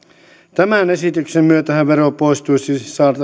tämän esityksen myötähän vero poistuisi